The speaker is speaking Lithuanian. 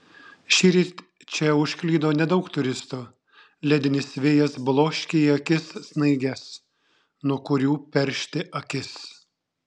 šįryt čia užklydo nedaug turistų ledinis vėjas bloškia į akis snaiges nuo kurių peršti akis